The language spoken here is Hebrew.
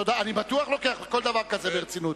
אני בטוח לוקח כל דבר כזה ברצינות.